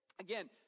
Again